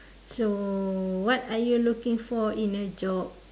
so what are you looking for in a job